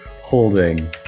holding